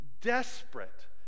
desperate